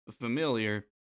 familiar